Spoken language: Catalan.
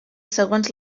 segons